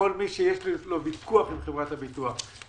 יודיע לו המבטח במענה על אותה הודעה,